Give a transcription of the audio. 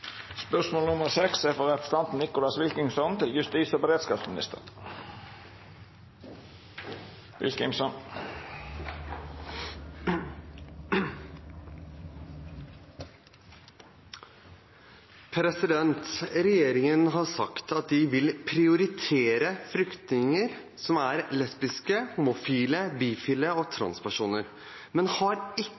har sagt at de vil prioritere flyktninger som er lesbiske, homofile, bifile og transpersoner, men har ikke